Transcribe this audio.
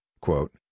quote